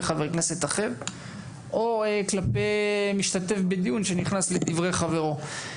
חברי כנסת או כלפי משתתף בדיון שנכנס לדברי חברו.